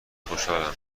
خوشحالم